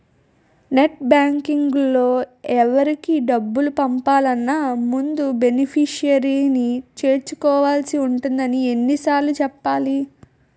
net బాంకింగ్లో ఎవరికి డబ్బులు పంపాలన్నా ముందు బెనిఫిషరీని చేర్చుకోవాల్సి ఉంటుందని ఎన్ని సార్లు చెప్పాలి